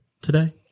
today